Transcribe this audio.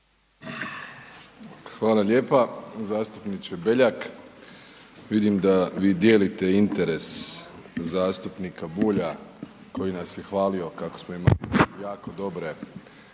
Hvala lijepa. Zastupniče Beljak, vidim da vi dijelite interes zastupnika Bulja koji nas je hvalio kako smo imali jako dobre